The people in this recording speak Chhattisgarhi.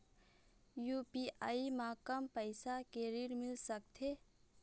यू.पी.आई म कम पैसा के ऋण मिल सकथे?